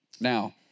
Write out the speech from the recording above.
Now